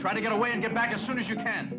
trying to get away and get back as soon as you can